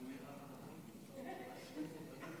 יש לנו ארבעה קולות בעד, אין מתנגדים,